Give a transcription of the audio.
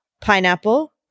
pineapple